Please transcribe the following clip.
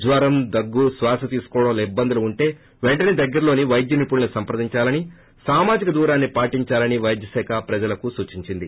జ్వరం దగ్గు శ్వాస తీసుకోవడంలో ఇబ్బందులు ఉంటె పెంటనే దగ్గరలోని వైద్య నిపుణున్ని సంప్రదించాలని సామజిక దూరాన్ని పాటించాలని పైద్య శాఖ ప్రజలకు సూచించింది